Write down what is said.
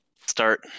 start